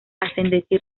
ascendencia